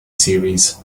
series